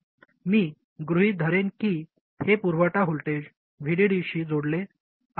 मी गृहित धरेन की हे पुरवठा व्होल्टेज VDD शी जोडलेले आहे